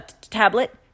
tablet